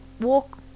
walk